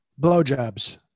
blowjobs